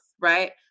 right